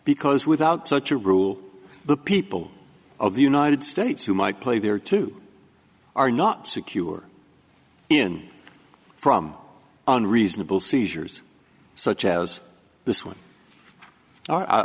because without such a rule the people of the united states who might play there too are not secure in from unreasonable seizures such as this one